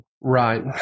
Right